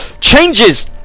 changes